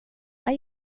här